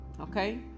Okay